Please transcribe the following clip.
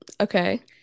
Okay